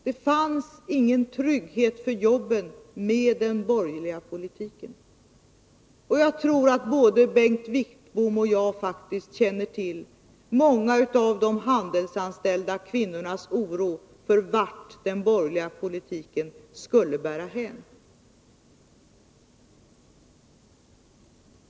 Det fanns ingen trygghet för jobben med den borgerliga politiken, och jag tror att både Bengt Wittbom och jag faktiskt känner till många av de handelsanställda kvinnornas oro för vart den borgerliga politiken skulle bära hän.